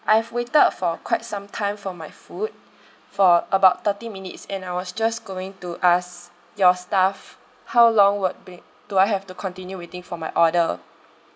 I've waited for quite some time for my food for about thirty minutes and I was just going to ask your staff how long would be do I have to continue waiting for my order